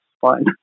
fine